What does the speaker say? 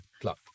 club